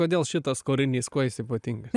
kodėl šitas kūrinys kuo jis ypatingas